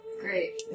Great